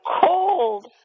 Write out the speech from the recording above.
cold